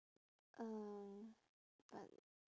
uh but